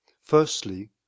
Firstly